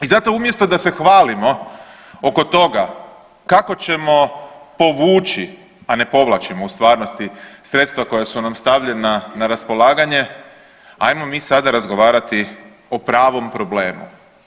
I zato umjesto da se hvalimo oko toga kako ćemo povući, a ne povlačimo u stvarnosti sredstva koja su nam stavljena na raspolaganje, ajmo mi sada razgovarati o pravom problemu.